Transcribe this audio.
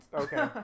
Okay